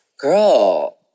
Girl